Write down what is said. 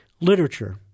literature